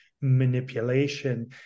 manipulation